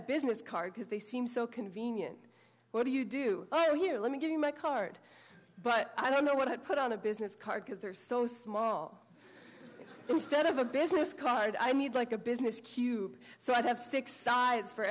a business card because they seem so convenient what do you do oh here let me give you my card but i don't know what i'd put on a business card because they're so small instead of a business card i need like a business cube so i have six sides for